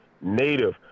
native